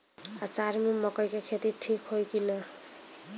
अषाढ़ मे मकई के खेती ठीक होई कि ना?